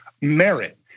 merit